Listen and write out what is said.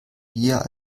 dir